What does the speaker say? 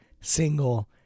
single